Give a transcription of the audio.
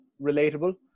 relatable